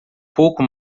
pouco